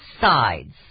sides